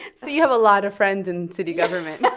so you have a lot of friends in city government